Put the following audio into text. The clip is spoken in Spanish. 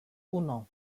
uno